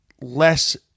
less